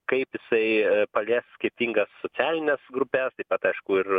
kaip jisai palies skirtingas socialines grupes taip pat aišku ir